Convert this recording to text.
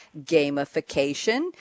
gamification